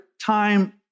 time